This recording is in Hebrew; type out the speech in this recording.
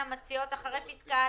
נחזור.